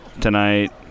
tonight